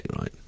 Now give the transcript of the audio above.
right